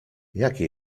jakie